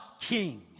king